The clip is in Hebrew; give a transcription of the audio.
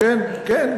כן.